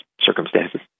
circumstances